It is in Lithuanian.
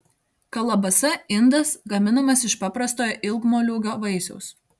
kalabasa indas gaminamas iš paprastojo ilgmoliūgio vaisiaus